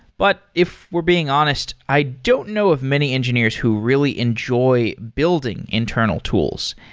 but if we're being honest, i don't know of many engineers who really enjoy building internal tools.